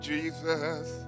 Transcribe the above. Jesus